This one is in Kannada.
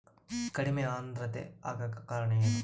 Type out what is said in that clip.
ಕಡಿಮೆ ಆಂದ್ರತೆ ಆಗಕ ಕಾರಣ ಏನು?